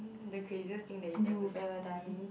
the craziest thing that you've ever me